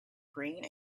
green